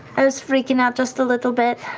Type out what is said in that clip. i was freaking out just a little bit.